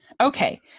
Okay